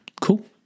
cool